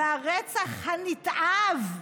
והרצח הנתעב,